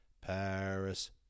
Paris